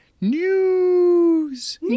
news